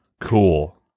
Cool